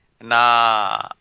na